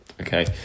okay